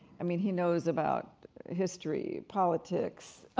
i mean he knows about history, politics,